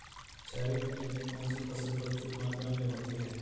क्षारीय मिट्टी में कौन सी फसल प्रचुर मात्रा में होती है?